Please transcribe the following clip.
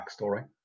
backstory